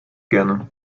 gerne